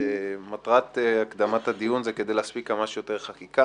מטרת הקדמת הדיון היא להספיק כמה שיותר חקיקה,